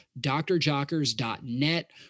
drjockers.net